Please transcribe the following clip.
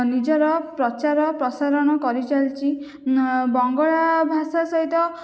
ନିଜର ପ୍ରଚାର ପ୍ରସାରଣ କରିଚାଲିଛି ବଙ୍ଗଳା ଭାଷା ସହିତ